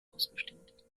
ausgestellt